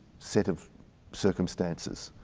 set of circumstances.